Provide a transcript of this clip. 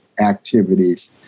activities